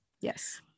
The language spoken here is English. Yes